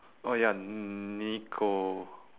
oh ya nicho~